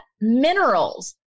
Minerals